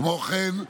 כמו כן,